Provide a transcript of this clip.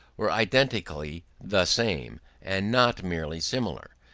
were identically the same, and not merely similar,